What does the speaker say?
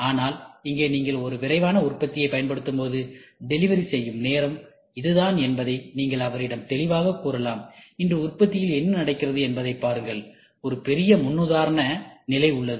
ஆனால் இங்கே நீங்கள் ஒரு விரைவான உற்பத்தியை பயன்படுத்தும்போது டெலிவரி செய்யும் நேரம் இதுதான் என்பதை நீங்கள் அவரிடம் தெளிவாகக் கூறலாம் இன்று உற்பத்தியில் என்ன நடக்கிறது என்பதை பாருங்கள் ஒரு பெரிய முன்னுதாரண நிலை உள்ளது